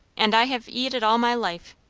and i have eat it all my life.